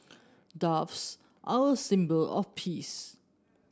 doves are a symbol of peace